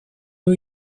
new